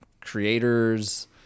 creators